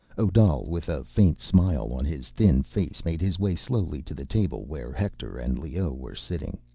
odal, with a faint smile on his thin face, made his way slowly to the table where hector and leoh were sitting.